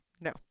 No